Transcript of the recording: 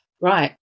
right